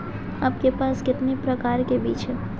आपके पास कितने प्रकार के बीज हैं?